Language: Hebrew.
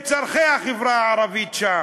ולצרכים של החברה הערבית שם,